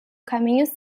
caminho